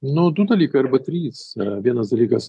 nu du dalykai arba trys vienas dalykas